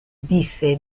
disse